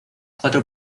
cuatro